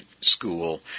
school